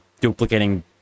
duplicating